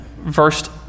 verse